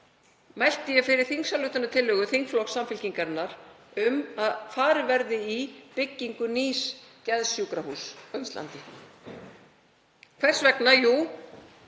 mælti ég fyrir þingsályktunartillögu þingflokks Samfylkingarinnar um að farið verði í byggingu nýs geðsjúkrahúss á Íslandi. Hvers vegna? Jú,